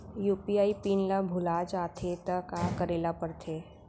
UPI PIN ल भुला जाथे त का करे ल पढ़थे?